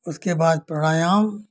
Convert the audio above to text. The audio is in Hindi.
उसके बाद प्राणायाम